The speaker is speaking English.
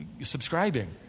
subscribing